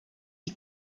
die